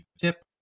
tip